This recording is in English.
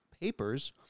papers